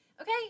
okay